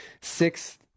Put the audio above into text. Six